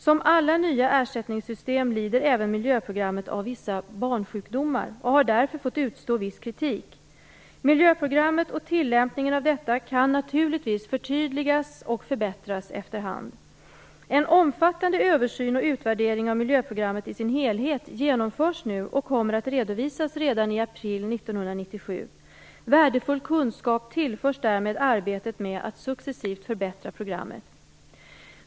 Som alla nya ersättningssystem lider även miljöprogrammet av vissa "barnsjukdomar" och har därför fått utstå viss kritik. Miljöprogrammet och tillämpningen av detta kan naturligtvis förtydligas och förbättras efter hand. En omfattande översyn och utvärdering av miljöprogrammet i sin helhet genomförs nu och kommer att redovisas redan i april 1997. Värdefull kunskap tillförs därmed arbetet med att successivt förbättra programmet.